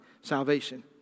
Salvation